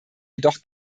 jedoch